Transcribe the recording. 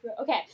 Okay